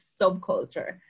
subculture